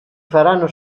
faranno